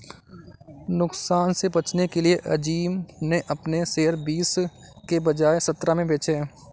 नुकसान से बचने के लिए अज़ीम ने अपने शेयर बीस के बजाए सत्रह में बेचे